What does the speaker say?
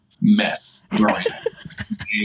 mess